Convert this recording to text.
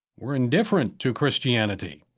were indifferent to christianity.